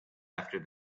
after